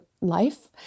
life